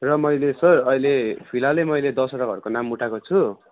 र मैले सर अहिले फिलहालै मैले दसवटा घरको नाम उठाएको छु